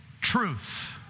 truth